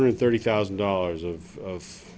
hundred thirty thousand dollars of